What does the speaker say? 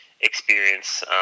experience